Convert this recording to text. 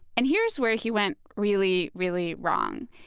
and here's where he went really, really wrong.